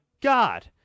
God